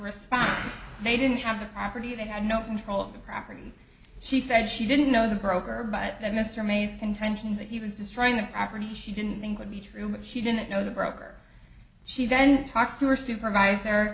respond they didn't have the property they had no control of the property she said she didn't know the broker but that mr may's contention that he was destroying the property she didn't think would be true that she didn't know the broker she then talked to her supervisor